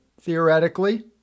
theoretically